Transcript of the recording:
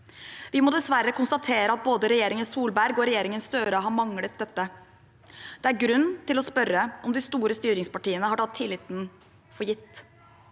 Vi må dessverre konstatere at både regjeringen Solberg og regjeringen Støre har manglet dette. Det er grunn til å spørre om de store styringspartiene har tatt tilliten for gitt.